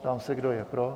Ptám se, kdo je pro.